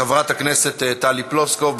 חברת הכנסת טלי פלוסקוב.